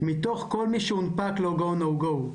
מתוך כל מי שהונפק לו Go / No Go,